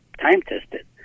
time-tested